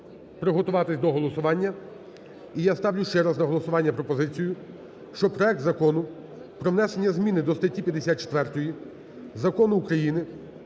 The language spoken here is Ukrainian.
приготуватись до голосування. І я ставлю ще раз на голосування пропозицію. Щоб проект Закону про внесення зміни до статті 54 Закону України